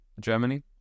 Germany